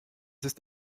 ist